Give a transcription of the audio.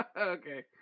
Okay